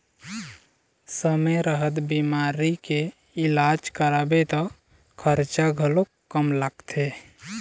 समे रहत बिमारी के इलाज कराबे त खरचा घलोक कम लागथे